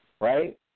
right